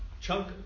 chunk